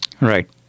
Right